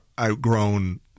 outgrown